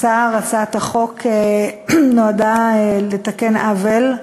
הצעת החוק לתיקון פקודת התעבורה (מס' 113)